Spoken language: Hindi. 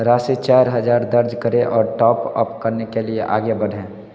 राशि चार हजार दर्ज करें और टॉप अप करने के लिए आगे बढ़ें